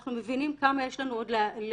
אנחנו מבינים כמה יש לנו עוד לייצר